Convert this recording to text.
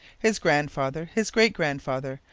his grandfather, his great-grandfather,